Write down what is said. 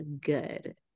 good